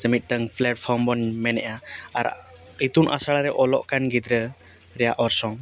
ᱥᱮ ᱢᱤᱫᱴᱟᱝ ᱯᱞᱟᱴᱯᱷᱚᱨᱚᱢ ᱵᱚᱱ ᱢᱮᱱᱮᱜᱼᱟ ᱟᱨ ᱤᱛᱩᱱ ᱟᱥᱲᱟ ᱨᱮ ᱚᱞᱚᱜ ᱠᱟᱱ ᱜᱤᱫᱽᱨᱟᱹ ᱨᱮᱭᱟᱜ ᱚᱲᱥᱚᱝ